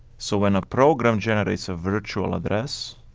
so when a program generates a virtual address,